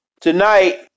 tonight